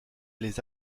les